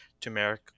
turmeric